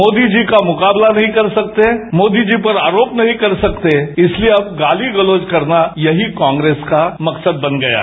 मोदी जी का मुकाबला नहीं कर सकते मोदी जी पर आरोप नहीं कर सकते इसलिए अब गाली गलोज करना यही कांग्रेस का मकसद बन गया है